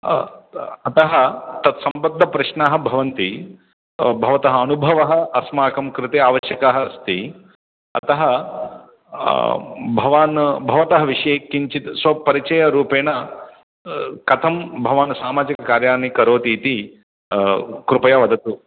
अतः तत् संबद्ध प्रश्नाः भवन्ति भवतः अनुभवः अस्माकं कृते आवश्यकः अस्ति अतः भवान् भवतः विषये किञ्चित् स्वपरिचयरूपेण कथं भवान् सामाजिककार्यानि करोति इति कृपया वदतु